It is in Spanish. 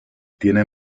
tiene